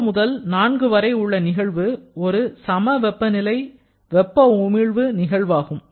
3 முதல் 4 வரை உள்ள நிகழ்வு ஒரு செம வெப்பநிலை வெப்ப உமிழ்வு நிகழ்வாகும்